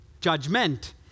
Judgment